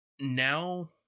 now